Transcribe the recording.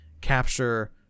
capture